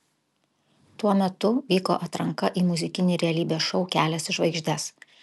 tuo metu vyko atranka į muzikinį realybės šou kelias į žvaigždes